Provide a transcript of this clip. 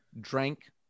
drank